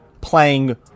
playing